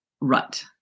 rut